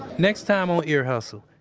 next time on ear hustle.